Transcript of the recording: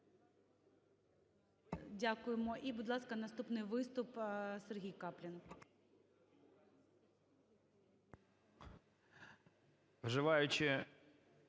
Дякуємо. І, будь ласка, наступний виступ – Сергій Каплін. 13:51:11